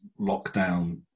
lockdown